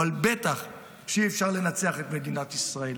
אבל בטח שאי-אפשר לנצח את מדינת ישראל.